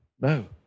No